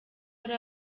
hari